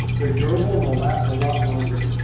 they're durable. the last a lot longer.